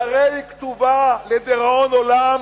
והרי היא כתובה לדיראון עולם